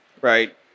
right